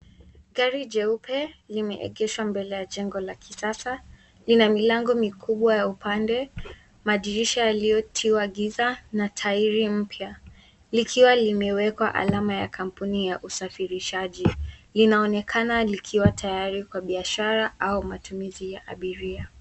Gari jeupe limeegeshwa mbele ya jengo la kisasa. Lina milango mikubwa ya upande. Madirisha yaliyotiwa giza na hali mpya likiwa limewekwa alama ya kampuni ya usafirishaji. Linaonekana likiwa tayari kwa biashara au matumizi ya abiria.